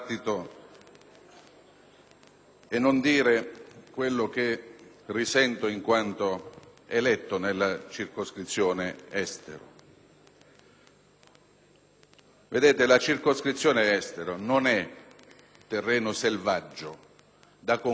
e non dire ciò che sento, in quanto eletto nella circoscrizione Estero. La circoscrizione Estero non è un terreno selvaggio da conquistare.